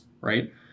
right